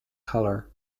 color